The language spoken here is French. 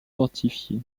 fortifiée